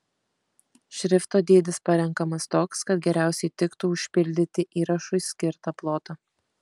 šrifto dydis parenkamas toks kad geriausiai tiktų užpildyti įrašui skirtą plotą